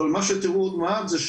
אבל מה שתראו מעל זה,